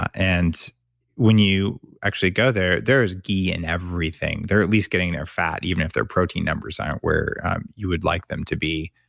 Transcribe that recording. and when you actually go there, there's ghee in everything. they're at least getting their fat even if their protein numbers aren't where you would like them to be.